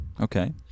Okay